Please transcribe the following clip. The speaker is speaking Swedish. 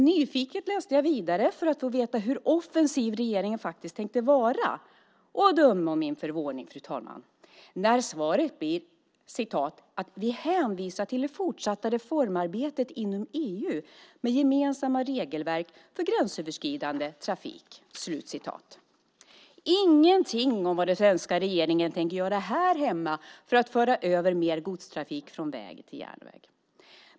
Nyfiket läste jag därför vidare för att få veta hur offensiv regeringen tänker vara. Döm om min förvåning när svaret blir att "vi hänvisar till det fortsatta reformarbetet inom EU med gemensamma regelverk för gränsöverskridande trafik". Det står ingenting om vad den svenska regeringen tänker gör här hemma för att föra över mer godstrafik från väg till järnväg.